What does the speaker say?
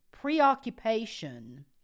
preoccupation